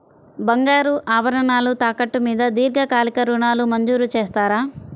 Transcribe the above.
బంగారు ఆభరణాలు తాకట్టు మీద దీర్ఘకాలిక ఋణాలు మంజూరు చేస్తారా?